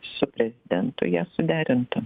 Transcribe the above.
su prezidentu ją suderintų